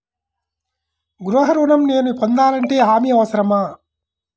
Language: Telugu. గృహ ఋణం నేను పొందాలంటే హామీ అవసరమా?